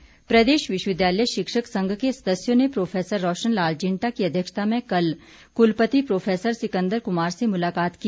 संघ प्रदेश विश्वविद्यालय शिक्षक संघ के सदस्यों ने प्रोफेसर रौशन लाल जिंटा की अध्यक्षता में कल कुलपति प्रोफेसर सिकंदर कुमार से मुलाकात की